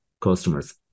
customers